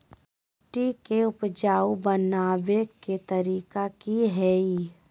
मिट्टी के उपजाऊ बनबे के तरिका की हेय?